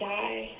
die